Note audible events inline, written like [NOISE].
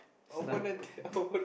it's like [LAUGHS]